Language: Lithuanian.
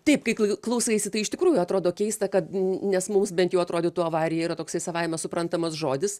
taip kai klausaisi tai iš tikrųjų atrodo keista kad nes mums bent jau atrodytų avarija yra toksai savaime suprantamas žodis